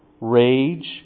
rage